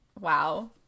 wow